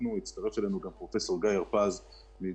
יצטרף אלינו גם פרופסור גיא הרפז מדיקני